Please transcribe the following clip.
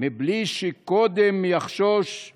מבלי שקודם יחשוש /